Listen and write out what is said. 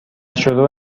شروع